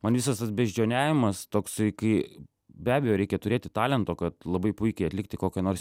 man visas tas beždžioniavimas toksai kai be abejo reikia turėti talento kad labai puikiai atlikti kokio nors